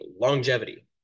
longevity